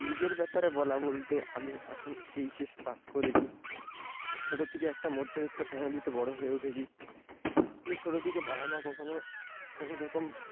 নিজের ব্যাপারে বলা বলতে আমি এখন এইচ এস পাশ করেছি ছোটোর থেকে একটা মধ্যবিত্ত ফ্যামেলিতে বড়ো হয়ে উঠেছি ছোটো থেকে বাবা মা কখনো কোনো রকম